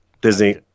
Disney